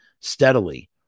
Steadily